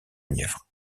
nièvre